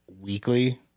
weekly